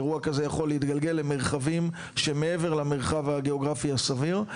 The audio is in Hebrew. האירוע כזה יכול להתגלגל למרחבים שמעבר למרחב הגיאוגרפי הסביר.